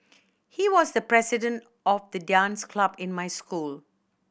he was the president of the dance club in my school